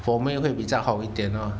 for me 会比较好一点啊